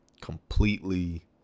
completely